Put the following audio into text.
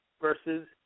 versus